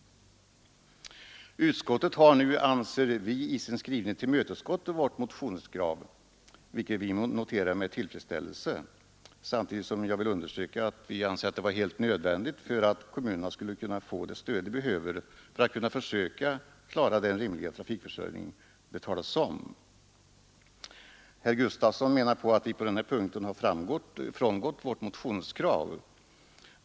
Utskottet har nu, anser vi, i sin skrivning tillmötesgått vårt motionskrav, vilket vi noterar med tillfredsställelse. Jag vill samtidigt understryka att vi anser att detta var helt nödvändigt för att kommunerna skall kunna få det stöd de behöver för att försöka klara den rimliga trafikförsörjning det talas om. Herr Gustafson i Göteborg menar att vi på denna punkt har frångått vårt motionskrav.